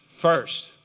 first